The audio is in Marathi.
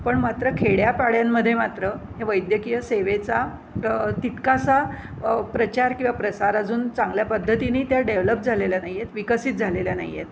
पण मात्र खेड्यापाड्यांमधे मात्र हे वैद्यकीय सेवेचा तितकासाप्रचार किंवा प्रसार अजून चांगल्या पद्धतीने त्या डेव्हलप झालेल्या नाही आहेत विकसित झालेल्या नाही आहेत